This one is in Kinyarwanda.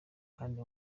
kandi